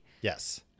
Yes